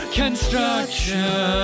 construction